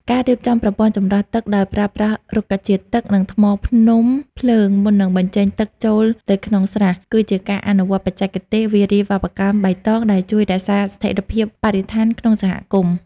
ការរៀបចំប្រព័ន្ធចម្រោះទឹកដោយប្រើប្រាស់រុក្ខជាតិទឹក និងថ្មភ្នំភ្លើងមុននឹងបញ្ចេញទឹកចូលទៅក្នុងស្រះ គឺជាការអនុវត្តបច្ចេកទេសវារីវប្បកម្មបៃតងដែលជួយរក្សាស្ថិរភាពបរិស្ថានក្នុងសហគមន៍។